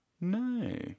No